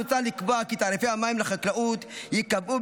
מוצע לקבוע כי תעריפי המים לחקלאות ייקבעו